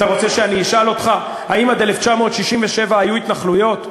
אתה רוצה שאני אשאל אותך אם עד 1967 היו התנחלויות?